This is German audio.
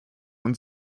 und